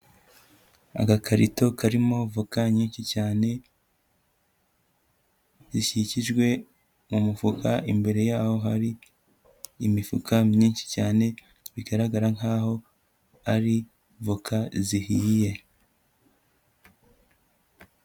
Agakarito karimo voka nyinshi cyane, zikikijwe mu mufuka, imbere yaho hari imifuka myinshi cyane, bigaragara nkaho ari voka zihiye.